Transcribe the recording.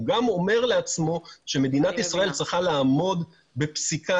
הוא גם אומר לעצמו שמדינת ישראל צריכה לעמוד בפסיקת